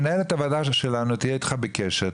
מנהלת הוועדה שלנו תהיה איתך בקשר,